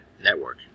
network